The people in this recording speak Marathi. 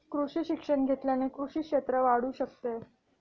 कृषी शिक्षण घेतल्याने कृषी क्षेत्र वाढू शकते